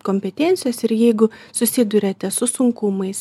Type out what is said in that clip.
kompetencijos ir jeigu susiduriate su sunkumais